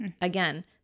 Again